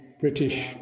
British